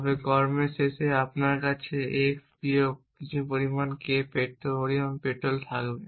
তবে কর্মের শেষে আপনার কাছে x বিয়োগ কিছু k পরিমাণ পেট্রোল থাকবে